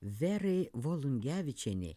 verai volungevičienei